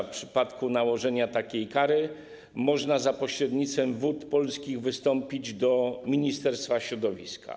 W przypadku nałożenia takiej kary będzie można za pośrednictwem Wód Polskich wystąpić do ministerstwa środowiska.